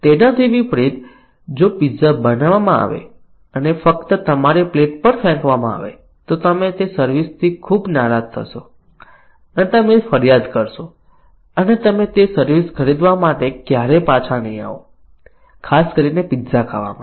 તેનાથી વિપરીત 0305 જો પિઝા બનાવવામાં આવે અને ફક્ત તમારી પ્લેટ પર ફેંકવામાં આવે તો તમે તે સર્વિસ થી ખૂબ નારાજ થશો અને તમે ફરિયાદ કરશો અને તમે તે સર્વિસ ખરીદવા માટે ક્યારેય પાછા નહીં આવો ખાસ કરીને પીત્ઝા ખાવા માટે